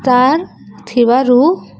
ତାର୍ ଥିବାରୁ